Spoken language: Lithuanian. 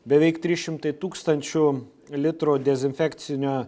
beveik trys šimtai tūkstančių litrų dezinfekcinio